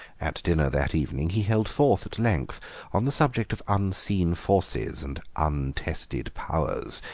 at dinner that evening he held forth at length on the subject of unseen forces and untested powers,